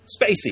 spacey